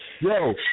Yo